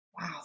Wow